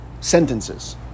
sentences